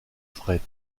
fret